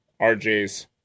RJ's